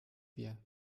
wir